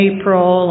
April